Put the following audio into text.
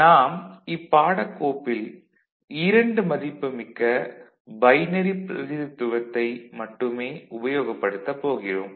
நாம் இப்பாடக்கோப்பில் 2 மதிப்புமிக்க பைனரி பிரதிநிதித்துவத்தை மட்டுமே உபயோகப் படுத்தப்போகிறோம்